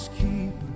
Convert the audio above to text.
keep